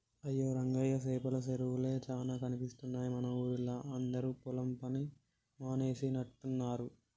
అయ్యో రంగయ్య సేపల సెరువులే చానా కనిపిస్తున్నాయి మన ఊరిలా అందరు పొలం పని మానేసినట్టున్నరు